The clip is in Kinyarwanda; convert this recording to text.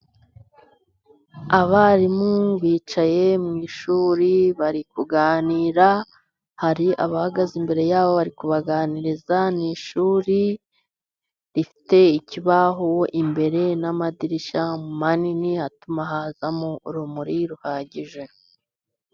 Abarimu bicaye mu ishuri , bari kuganira , hari abahagaze imbere yabo , bari kubaganiriza . Ni ishuri rifite ikibaho imbere n'amadirishya manini yatuma hazamo urumuri ruhagije.